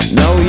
no